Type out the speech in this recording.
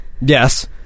Yes